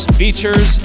features